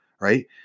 right